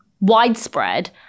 widespread